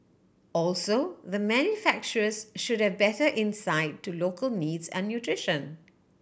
also the manufacturers should have better insight to local needs and nutrition